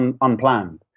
unplanned